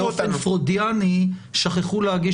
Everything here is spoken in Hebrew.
כי הם פשוט באופן פרוידיאני שכחו להגיש